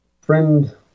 friend